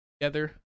together